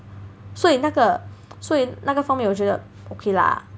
所以那个所以那个方面我觉得 okay lah